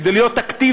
כדי להיות אקטיבי,